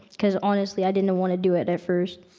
because, honestly i didn't wanna do it at first.